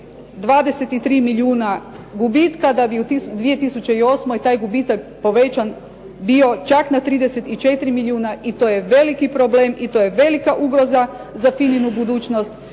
23 milijuna gubitka da bi u 2008. taj gubitak bio povećan na čak 34 milijuna i to je veliki problem i to je velika ugroza za FINA-inu budućnost